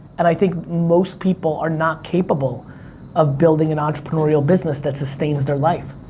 and i think most people are not capable of building an entrepreneurial business that sustains their life.